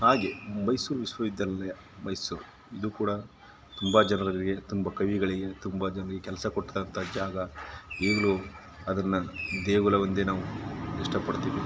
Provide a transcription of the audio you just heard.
ಹಾಗೆ ಮೈಸೂರು ವಿಶ್ವ ವಿದ್ಯಾನಿಲಯ ಮೈಸೂರು ಇದು ಕೂಡ ತುಂಬ ಜನರಿಗೆ ತುಂಬ ಕವಿಗಳಿಗೆ ತುಂಬ ಜನರಿಗೆ ಕೆಲಸ ಕೊಟ್ಟಂಥ ಜಾಗ ಈಗಲೂ ಅದನ್ನು ದೇಗುಲವೆಂದೇ ನಾವು ಇಷ್ಟಪಡ್ತೀವಿ